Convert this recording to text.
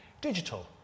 Digital